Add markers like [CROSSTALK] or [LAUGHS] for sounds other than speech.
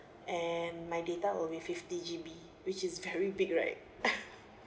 and my data will be fifty G_B which is very big right [LAUGHS]